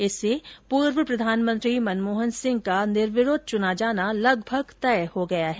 इससे पूर्व प्रधानमंत्री मनमोहन सिंह का निर्विरोध चुना जाना लगभग तय हो गया है